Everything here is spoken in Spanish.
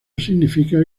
significa